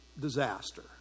disaster